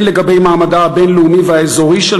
הן לגבי מעמדה הבין-לאומי והאזורי של